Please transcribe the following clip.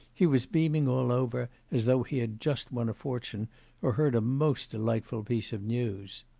he was beaming all over, as though he had just won a fortune or heard a most delightful piece of news.